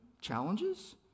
challenges